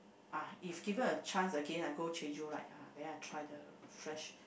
ah if given a chance again I go Jeju right ah then I try the fresh